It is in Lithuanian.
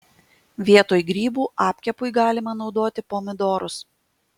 vietoj grybų apkepui galima naudoti pomidorus